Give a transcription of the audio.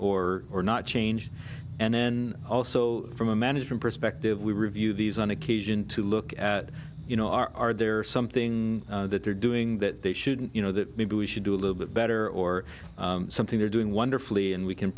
or or not change and then also from a management perspective we review these on occasion to look at you know are there something that they're doing that they shouldn't you know that maybe we should do a little bit better or something they're doing wonderfully and we can